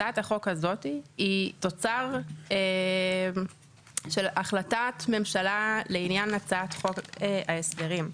הצעת החוק הזאת היא תוצר של החלטת ממשלה לעניין הצעת חוק ההסדרים.